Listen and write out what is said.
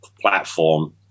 Platform